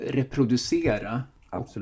reproducera